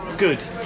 Good